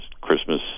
Christmas